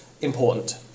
important